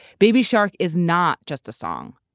baby shark is not just a song.